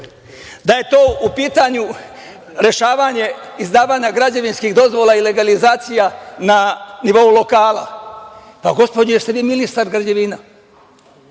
da je to u pitanju rešavanje izdavanja građevinskih dozvola i legalizacija na nivou lokala. Pa, gospođo, da li ste vi ministar građevina?